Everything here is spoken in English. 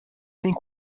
think